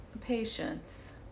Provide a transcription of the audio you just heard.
patience